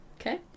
Okay